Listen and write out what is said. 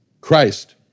Christ